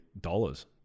dollars